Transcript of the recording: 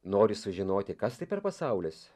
nori sužinoti kas tai per pasaulis